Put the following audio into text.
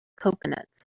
coconuts